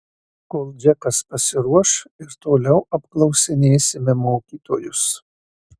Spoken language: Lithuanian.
kol džekas pasiruoš ir toliau apklausinėsime mokytojus